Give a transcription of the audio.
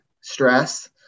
stress